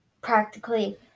practically